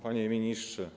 Panie Ministrze!